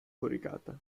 coricata